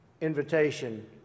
invitation